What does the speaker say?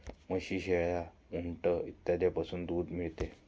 म्हशी, शेळ्या, उंट इत्यादींपासूनही दूध मिळते